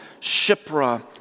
Shipra